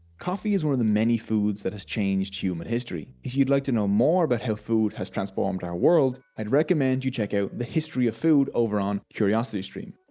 coffee is one of the many foods that changed human history. if you'd like to know more about how food has transformed our world i'd recommend you check out the history of food over on curiositystream.